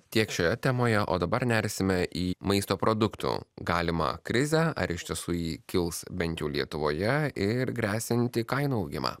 tiek šioje temoje o dabar nersime į maisto produktų galimą krizę ar iš tiesų ji kils bent jau lietuvoje ir gresiantį kainų augimą